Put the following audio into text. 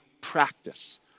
practice